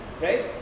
right